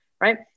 right